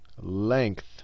Length